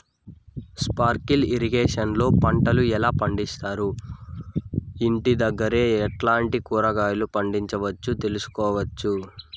Sprinkle irrigation లో పంటలు ఎలా పండిస్తారు, ఇంటి దగ్గరే ఎట్లాంటి కూరగాయలు పండించు తెలుసుకోవచ్చు?